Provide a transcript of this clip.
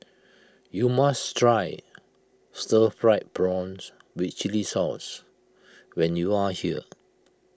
you must Try Stir Fried Prawn with Chili Sauce when you are here